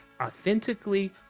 authentically